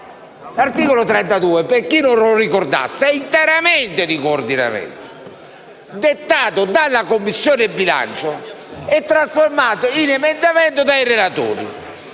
L'articolo 32 - lo dico per chi non lo ricordasse - è interamente di coordinamento: è stato dettato dalla Commissione bilancio e trasformato in emendamento dai relatori.